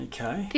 Okay